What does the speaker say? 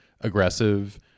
aggressive